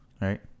right